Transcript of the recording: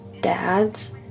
dads